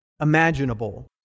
imaginable